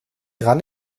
dran